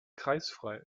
kreisfreie